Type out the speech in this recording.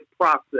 process